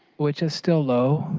which is still low,